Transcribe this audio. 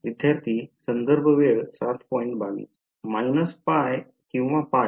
विद्यार्थीः − πकिंवा π